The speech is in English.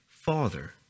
Father